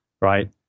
right